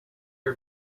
her